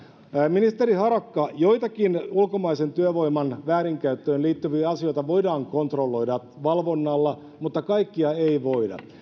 ministeri harakka joitakin ulkomaisen työvoiman väärinkäyttöön liittyviä asioita voidaan kontrolloida valvonnalla mutta kaikkia ei voida